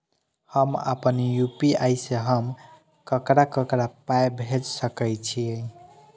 हम आपन यू.पी.आई से हम ककरा ककरा पाय भेज सकै छीयै?